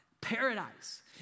Paradise